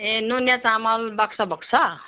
ए नुनिया चामल बाक्सा भएको छ